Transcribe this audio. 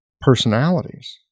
personalities